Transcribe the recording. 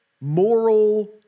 moral